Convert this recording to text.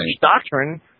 doctrine